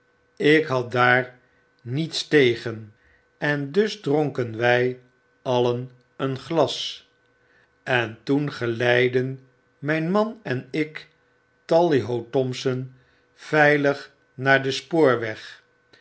ik had daar niets tegen en dusdronken wy alien een glas en toen geleiddenmyn man en ik tally ho thompson veilig naar den spoorweg